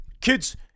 kids